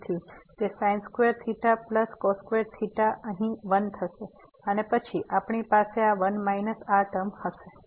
તેથી તે sin square theta plus cos square theta અહીં 1 થશે અને પછી આપણી પાસે આ 1 માઈનસ આ ટર્મ હશે